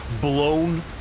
blown